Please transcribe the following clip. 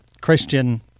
Christian